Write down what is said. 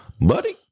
buddy